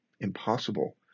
impossible